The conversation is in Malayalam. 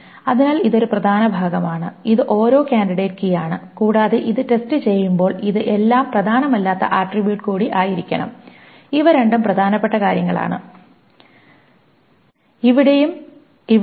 അതിനാൽ ഇത് ഒരു പ്രധാന ഭാഗമാണ് ഇത് ഓരോ കാൻഡിഡേറ്റ് കീ ആണ് കൂടാതെ ഇത് ടെസ്റ്റ് ചെയ്യുമ്പോൾ ഇത് എല്ലാ പ്രധാനമല്ലാത്ത ആട്രിബ്യൂട്ട് കൂടി ആയിരിക്കണം ഇവ രണ്ടും പ്രധാനപ്പെട്ട കാര്യങ്ങളാണ് ഇവിടെയും ഇവിടെയും